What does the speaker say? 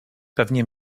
pewnie